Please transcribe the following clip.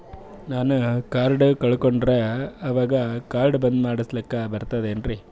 ನಾನು ಕಾರ್ಡ್ ಕಳಕೊಂಡರ ಅವಾಗ ಕಾರ್ಡ್ ಬಂದ್ ಮಾಡಸ್ಲಾಕ ಬರ್ತದೇನ್ರಿ?